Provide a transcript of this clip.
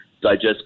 digest